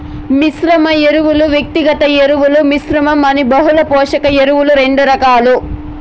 మిశ్రమ ఎరువులు, వ్యక్తిగత ఎరువుల మిశ్రమం అని బహుళ పోషక ఎరువులు రెండు రకాలు